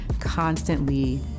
constantly